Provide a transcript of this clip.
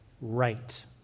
right